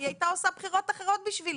היא היתה עושה בחירות אחרות בשבילו.